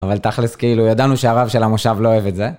אבל תכלס כאילו, ידענו שהרב של המושב לא אוהב את זה.